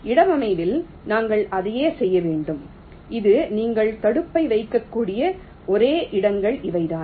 இடவமைப்பில் நாங்கள் அதையே செய்ய வேண்டும் இது நீங்கள் தடுப்பை வைக்கக்கூடிய ஒரே இடங்கள் இவைதான்